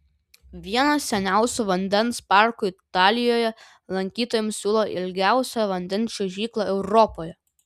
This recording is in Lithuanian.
vienas seniausių vandens parkų italijoje lankytojams siūlo ilgiausią vandens čiuožyklą europoje